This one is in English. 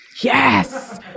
Yes